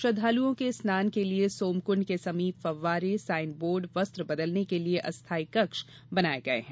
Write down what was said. श्रद्वालुओं के स्नान के लिये सोमकुण्ड के समीप फव्वारे साईन बोर्ड वस्त्र बदलने के लिये अस्थाई कक्ष बनाए गए हैं